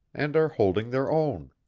and are holding their own.